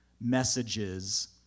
messages